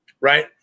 right